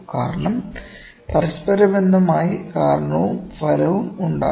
കാരണം പരസ്പര ബന്ധമായി കാരണവും ഫലവും ഉണ്ടാകാം